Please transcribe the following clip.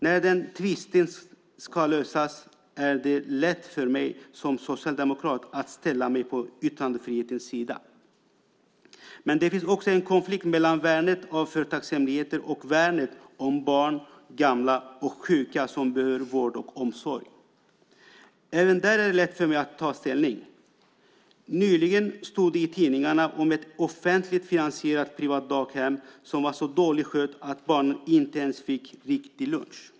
När den tvisten ska lösas är det lätt för mig som socialdemokrat att ställa mig på yttrandefrihetens sida. Men det finns också en konflikt mellan värnet av företagshemligheter och värnet om barn, gamla och sjuka som behöver vård och omsorg. Även där är det lätt för mig att ta ställning. Nyligen stod det i tidningarna om ett offentligt finansierat privat daghem som var så dåligt skött att barnen inte ens fick riktig lunch.